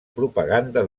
propaganda